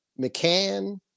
McCann